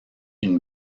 une